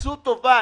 עשו טובה,